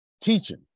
teaching